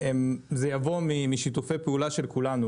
זה יבוא משיתופי פעולה של כולנו,